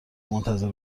منتظر